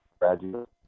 graduate